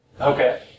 Okay